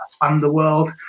Underworld